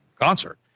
concert